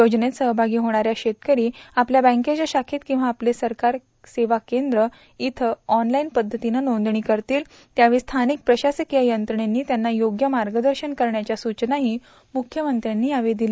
योजनेत सहभागी होण्यासाठी शेतकरी आपल्या बँकेच्या शाखेत किंवा आपले सरकार सेवा केंद्र इथं ऑनलाईन पद्धतीनं नोंदणी करतील त्यावेळी स्थानिक प्रशासकीय यंत्रणेनी त्यांना योग्य मार्गदर्शन करण्याच्या सूचनाही मुख्यमंत्र्यांनी यावेळी दिल्या